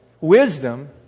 wisdom